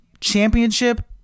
championship